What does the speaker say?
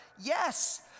Yes